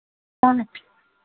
पाँच